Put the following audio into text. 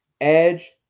Edge